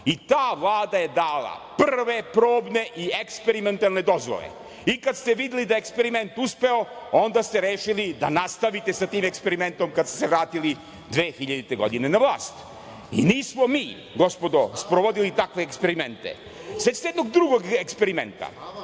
i ta Vlada je dala prve probne i eksperimentalne dozvole. I, kada ste videli da je eksperiment uspeo, onda ste rešili da nastavite sa tim eksperimentom kada ste se vratili 2000. godine na vlast. Nismo mi gospodo sprovodili takve eksperimente. Da li se sećate jednog drugog eksperimenta,